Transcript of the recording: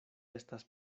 estis